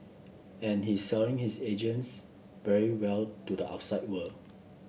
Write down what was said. and he's selling his agency very well to the outside world